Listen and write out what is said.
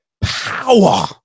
power